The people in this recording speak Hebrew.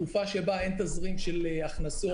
תקופה שבה אין תזרים של הכנסות.